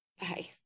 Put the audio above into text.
Bye